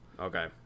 okay